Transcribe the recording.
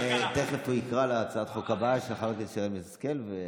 חבר הכנסת מיקי לוי, בבקשה.